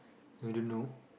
I don't know